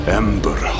ember